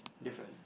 different